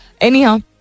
Anyhow